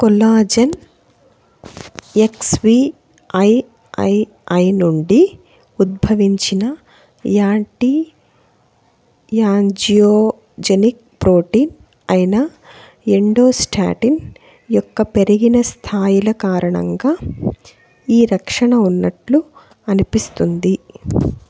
collagen X V I I I నుండి ఉద్భవించిన anti angiogenic protein అయిన ఎండోస్టాటిన్ యొక్క పెరిగిన స్థాయిల కారణంగా ఈ రక్షణ ఉన్నట్లు అనిపిస్తుంది